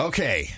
Okay